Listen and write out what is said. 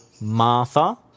Martha